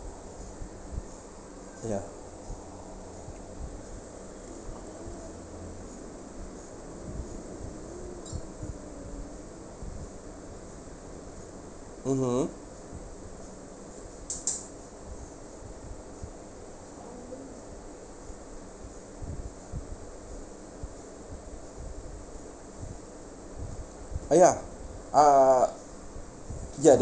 ya mmhmm ah ya uh ya the